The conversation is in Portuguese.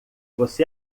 você